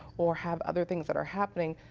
or have other things that are happening,